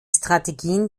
strategien